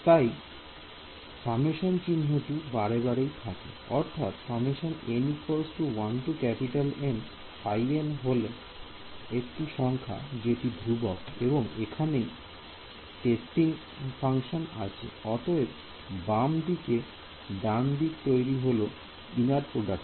তাই সামেশন চিহ্নটি বাইরেই থাকে অর্থাৎ হলো একটি সংখ্যা যেটি ধ্রুবক এবং এইখানেই টেস্টিং ফাংশন আসছে অতএব বাম দিক ডান দিক তৈরি হল ইনার প্রডাক্ট